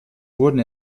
wurden